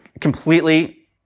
completely